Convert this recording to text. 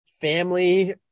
family